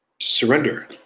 Surrender